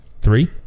Three